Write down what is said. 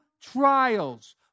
trials